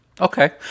Okay